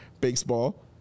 baseball